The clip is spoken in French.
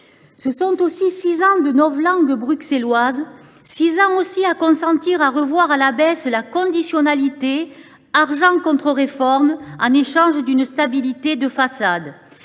Ce sont aussi six ans de novlangue bruxelloise, et six ans à consentir à revoir à la baisse la conditionnalité « argent contre réformes » en échange d’une stabilité de façade.